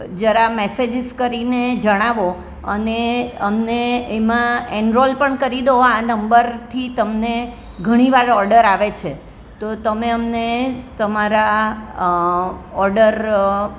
જરા મેસેજીસ કરીને જણાવો અને અમને એમાં એનરોલ પણ કરી દો આ નંબરથી તમને ઘણી વાર ઓર્ડર આવે છે તો તમે અમને તમારા ઓર્ડર